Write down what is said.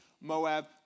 Moab